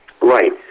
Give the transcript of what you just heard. Right